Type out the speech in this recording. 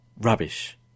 Rubbish